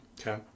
Okay